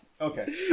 Okay